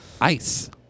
Ice